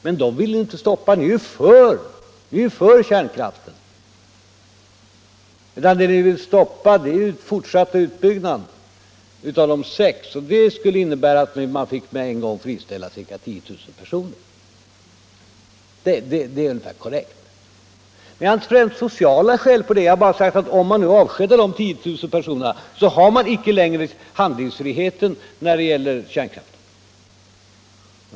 Men de fem kraftverken vill ni ju inte stoppa. Ni är ju för kärnkraften! Vad ni vill stoppa är den fortsatta utbyggnaden av de sex ytterligare kraftverken. Det skulle innebära att man med en gång fick friställa ca 10 000 personer. Men jag har inte främst tagit upp detta av sociala skäl. Jag har bara sagt att om man avskedar dessa 10 000 personer så har man inte längre handlingsfrihet när det gäller kärnkraften.